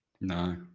No